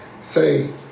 say